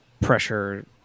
pressure